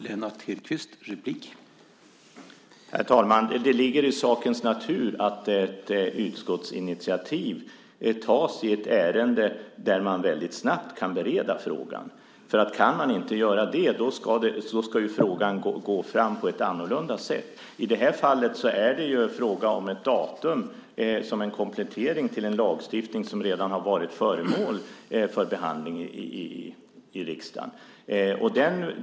Herr talman! Det ligger i sakens natur att ett utskottsinitiativ tas i ett ärende där det går att snabbt bereda frågan. Om det inte går ska frågan gå framåt på ett annorlunda sätt. I det här fallet är det fråga om ett datum som en komplettering till en lagstiftning som redan har varit föremål för behandling i riksdagen.